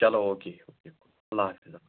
چلو او کے اللہ حافظ